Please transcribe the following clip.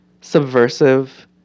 subversive